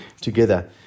together